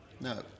No